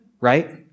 right